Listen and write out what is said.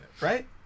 right